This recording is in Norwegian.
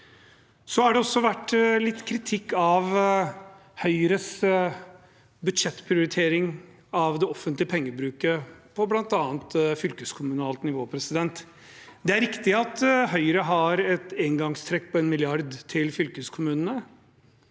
Det har også vært litt kritikk av Høyres budsjettprioritering av den offentlige pengebruken på bl.a. fylkeskommunalt nivå. Det er riktig at Høyre har et engangstrekk på 1 mrd. kr for fylkeskommunene.